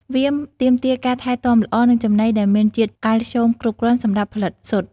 វាទាមទារការថែទាំល្អ និងចំណីដែលមានជាតិកាល់ស្យូមគ្រប់គ្រាន់សម្រាប់ផលិតស៊ុត។